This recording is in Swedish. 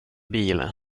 bilen